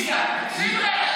תקשיב רגע,